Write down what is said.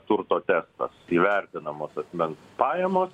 turto testas įvertinamos asmens pajamos